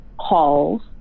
calls